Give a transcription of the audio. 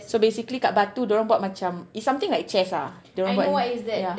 so basically kat batu dorang buat macam it's something like chess ah dorang buat ni yeah